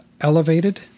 elevated